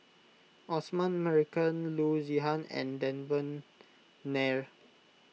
Osman Merican Loo Zihan and Devan Nair